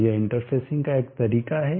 तो यह इंटरफेसिंग का एक तरीका है